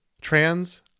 Trans